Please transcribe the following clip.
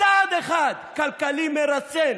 צעד כלכלי מרסן